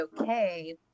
okay